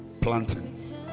planting